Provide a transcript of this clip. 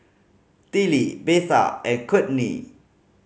Tillie Betha and Kourtney